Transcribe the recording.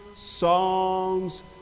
songs